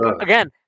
again